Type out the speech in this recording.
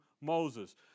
Moses